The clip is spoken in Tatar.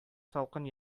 салкын